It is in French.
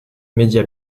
media